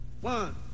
one